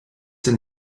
denn